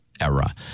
era